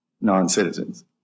non-citizens